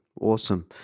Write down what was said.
Awesome